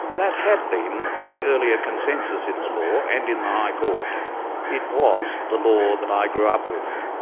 that had been the earlier consensus in the law, and in the high court it was the law that i grew up with.